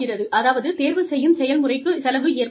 அதாவது தேர்வு செய்யும் செயல்முறைக்குச் செலவு ஏற்படுகிறது